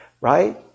right